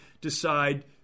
decide